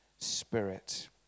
spirit